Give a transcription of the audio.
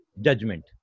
Judgment